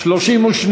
הוועדה, נתקבלו.